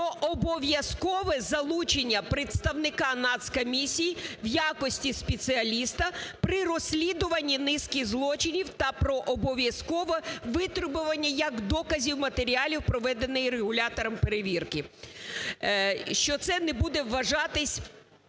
про обов'язкове залучення представника Нацкомісії в якості спеціаліста при розслідуванні низки злочинів та про обов'язкове витребування як доказів матеріалів проведеної регулятором перевірки, що це не буде вважатись